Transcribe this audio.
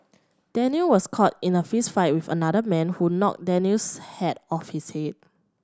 Daniel was caught in a fistfight with another man who knocked Daniel's hat off his head